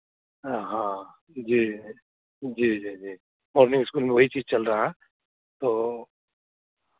हाँ जी जी जी जी मॉर्निंग इस्कूल में वही चीज़ चल रहा है तो